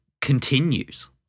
continues